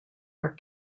are